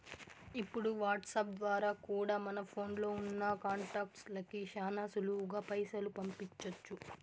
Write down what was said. ఇప్పుడు వాట్సాప్ ద్వారా కూడా మన ఫోన్లో ఉన్నా కాంటాక్ట్స్ లకి శానా సులువుగా పైసలు పంపించొచ్చు